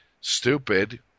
stupid